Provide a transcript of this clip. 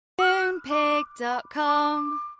Moonpig.com